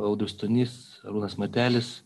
audrius stonys arūnas matelis